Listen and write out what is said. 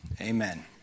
Amen